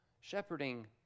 shepherding